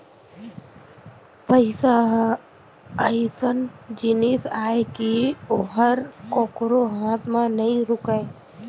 पइसा ह अइसन जिनिस अय कि ओहर कोकरो हाथ म नइ रूकय